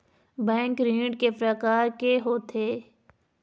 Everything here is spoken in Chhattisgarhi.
बैंक ऋण के प्रकार के होथे?